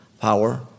power